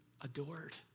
adored